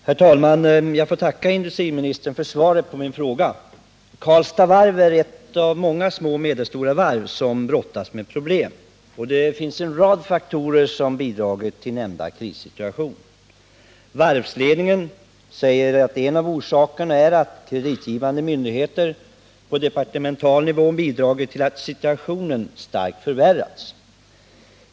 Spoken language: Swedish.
Herr talman! Jag får tacka industriministern för svaret på min fråga. Karlstads Varv är ett av de många små och medelstora varv som brottas med problem. En rad faktorer har bidragit till den nämnda krissituationen. Varvsledningen säger att en av orsakerna är att kreditgivande myndigheter på departemental nivå bidragit till att situationen starkt förvärrats.